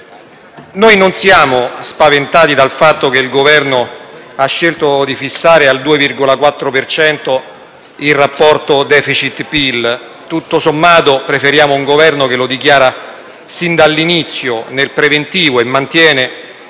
noi non siamo spaventati dal fatto che il Governo abbia scelto di fissare al 2,4 per cento il rapporto *deficit*-PIL: tutto sommato, preferiamo un Governo che lo dichiari sin dall'inizio, nel preventivo, e mantenga